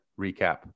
recap